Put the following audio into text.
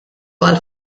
għall